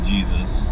Jesus